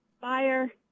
fire